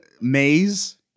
maze